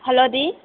ହଲଦି